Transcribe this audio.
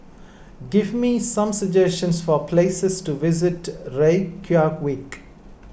give me some suggestions for places to visit Reykjavik